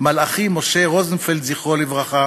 לא עושה דבר.